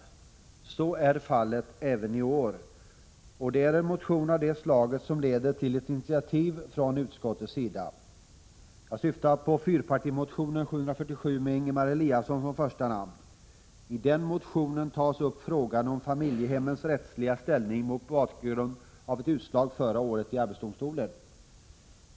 Så är fallet även i år, och det är en motion av det slaget som lett till ett initiativ från utskottets sida. Jag syftar på fyrpartimotionen A747 med Ingemar Eliasson som första namn. I den motionen tas upp frågan om familjehemmens rättsliga ställning mot bakgrund av ett utslag förra året i arbetsdomstolen.